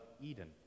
Eden